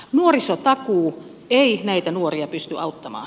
nuorisotakuu ei näitä nuoria pysty auttamaan